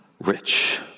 rich